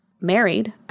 married